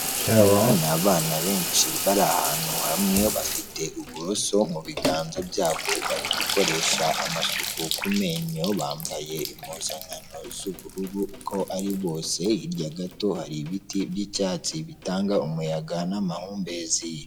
Abana ni abana benshi bari ahantu hamwe bafite uburoso mu biganza byabo bari gukoresha amasuku ku menyo, bambaye impuzankano z'ubururu, uko ari bose, hirya gato hari ibiti by'icyatsi bitanga umuyaga n'amahumbezi.